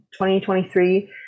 2023